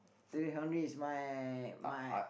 Thierry-Henry is my my